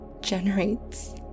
generates